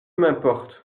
m’importe